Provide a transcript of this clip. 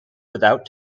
without